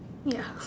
ya